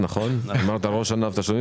לדוגמה יש לנו תשלומים